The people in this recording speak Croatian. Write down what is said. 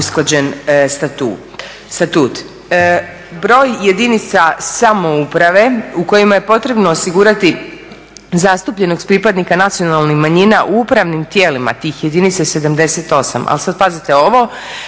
usklađen statut. Broj jedinica samouprave u kojima je potrebno osigurati zastupljenost pripadnika nacionalnih manjina u upravnim tijelima tih jedinica je 78, a sad pazite ovo,